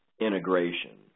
integration